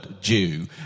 Jew